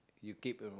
you keep